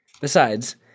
Besides